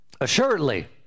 Assuredly